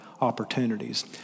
opportunities